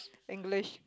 English